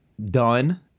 done